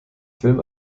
film